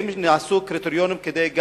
היא: האם נעשו קריטריונים גם כדי,